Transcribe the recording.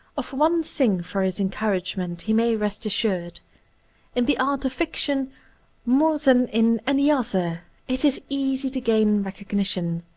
of one thing for his encouragement he may rest assured in the art of fiction more than in any other it is easy to gain recognition,